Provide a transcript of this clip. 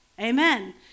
amen